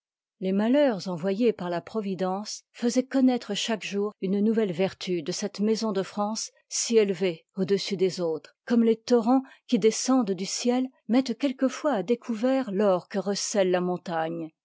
les malheurs envoyés par la providence faisoient connoître chaque jour une nouvelle vertu de cette maison de france si élevée au-dessus des autres comme les tor rens qui descendent du ciel mettent quelquefois à découvert l'or que recèle ta montagne